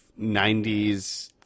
90s